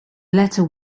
letter